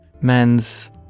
men's